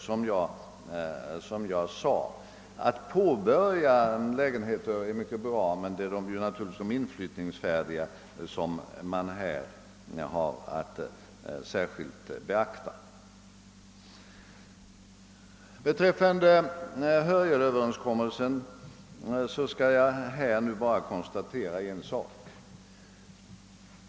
Att man påbörjar byggande av lägenheter är mycket bra, men det är naturligtvis de inflyttningsfärdiga som är av särskilt stort intresse. I fråga om Hörjelöverenskommelsen skall jag bara konstatera en sak.